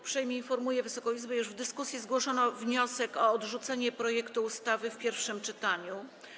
Uprzejmie informuję Wysoką Izbę, że już w dyskusji zgłoszono wniosek o odrzucenie projektu ustawy w pierwszym czytaniu.